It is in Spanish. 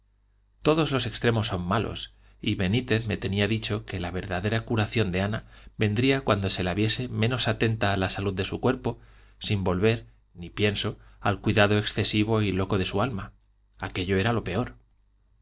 todos los extremos son malos y benítez me tenía dicho que la verdadera curación de ana vendría cuando se la viese menos atenta a la salud de su cuerpo sin volver ni por pienso al cuidado excesivo y loco de su alma aquello era lo peor